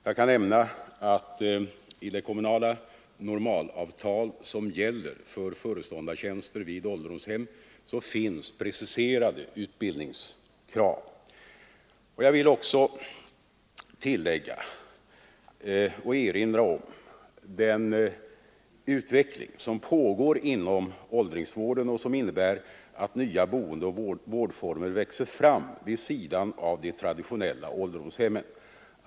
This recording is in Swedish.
Jag kan nämna att i det kommunala normalavtal som gäller för föreståndartjänster vid ålderdomshem finns preciserade utbildningskrav. Jag vill också erinra om den utveckling som pågår inom åldringsvården och som innebär att nya boendeoch vårdformer växer fram vid sidan av de traditionella ålderdomshemmen.